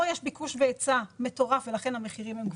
פה יש ביקוש והיצע מטורף ולכן המחירים גבוהים,